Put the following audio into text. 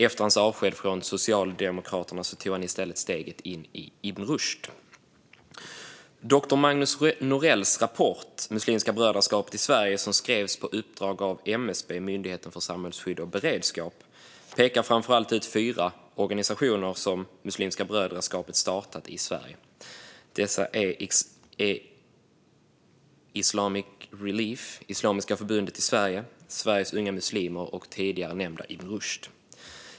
Efter sitt avsked från Socialdemokraterna tog han i stället steget in i Ibn Rushd. Doktor Magnus Norells rapport Muslimska Brödraskapet i Sverige , som skrevs på uppdrag av MSB, Myndigheten för samhällsskydd och beredskap, pekar framför allt ut fyra organisationer som Muslimska brödraskapet startat i Sverige. Dessa är Islamic Relief, Islamiska Förbundet i Sverige, Sveriges Unga Muslimer och tidigare nämnda Ibn Rushd.